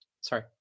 sorry